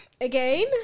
Again